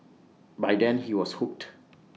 by then he was hooked